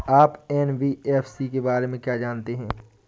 आप एन.बी.एफ.सी के बारे में क्या जानते हैं?